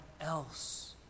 else